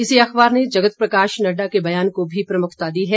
इसी अखबार ने जगत प्रकाश नड्डा के बयान को भी प्रमुखता दी है